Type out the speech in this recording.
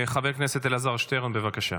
חבר הכנסת אלעזר שטרן, בבקשה.